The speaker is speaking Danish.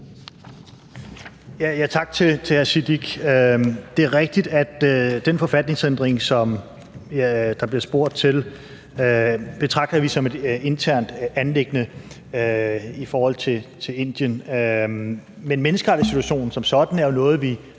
Tak til hr. Sikandar Siddique. Det er rigtigt, at den forfatningsændring, som der bliver spurgt til, betragter vi som et internt anliggende i forhold til Indien. Men menneskerettighedssituationen som sådan er jo noget, som